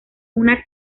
una